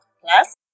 plus